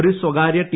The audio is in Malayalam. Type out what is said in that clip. ഒരു സ്വകാര്യ ടി